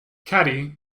caddy